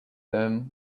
them